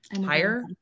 Higher